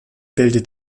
bildet